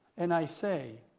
and i say,